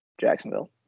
Jacksonville